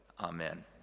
Amen